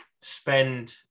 spend